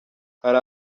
hari